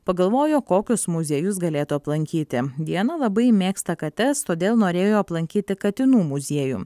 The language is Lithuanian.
pagalvojo kokius muziejus galėtų aplankyti diana labai mėgsta kates todėl norėjo aplankyti katinų muziejų